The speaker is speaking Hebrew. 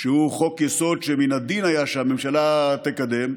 שהוא חוק-יסוד שמן הדין היה שהממשלה תקדם,